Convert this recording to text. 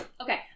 Okay